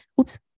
oops